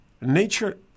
Nature